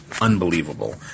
unbelievable